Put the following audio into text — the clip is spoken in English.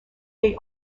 they